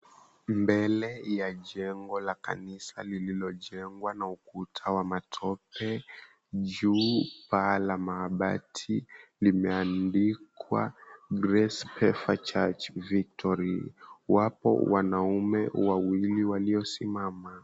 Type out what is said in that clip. Mbele ya jengo la kanisa lililojengwa na ukuta wa matope, juu paa la mabati limeandikwa, Grace Pefa Church Victory. Wapo wanaume wawili waliosimama.